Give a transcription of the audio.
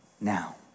now